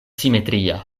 simetria